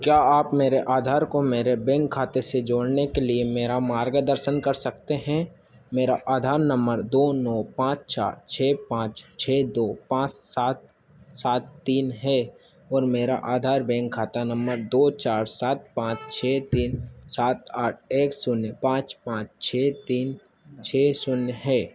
क्या आप मेरे आधार को मेरे बैंक खाते से जोड़ने के लिए मेरा मार्गदर्शन कर सकते हैं मेरा आधार नम्बर दो नौ पाँच चार छः पाँच छः दो पाँच सात सात तीन है और मेरा आधार बैंक खाता नम्बर दो चार सात पाँच छः तीन सात आठ एक शून्य पाँच पाँच छः तीन छः शून्य है